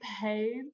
paid